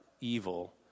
evil